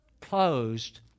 closed